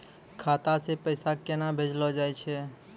खाता से पैसा केना भेजलो जाय छै?